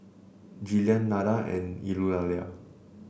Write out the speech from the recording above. Jillian Nada and Eulalia